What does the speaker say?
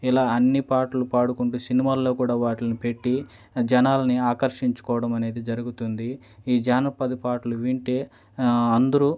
ఇలా అన్నీ పాటలు పాడుకుంటు సినిమాలలో కూడా వాటిని పెట్టి జనాలని ఆకర్షించుకోవడం అనేది జరుగుతుంది ఈ జానపద పాటలు వింటే అందరు